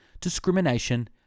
discrimination